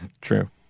True